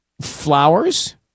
Flowers